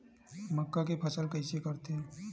मक्का के फसल कइसे करथे?